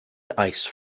ice